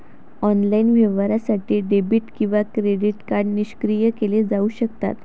online व्यवहारासाठी debit किंवा credit card निष्क्रिय केले जाऊ शकतात